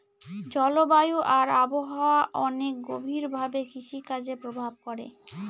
জলবায়ু আর আবহাওয়া অনেক গভীর ভাবে কৃষিকাজে প্রভাব করে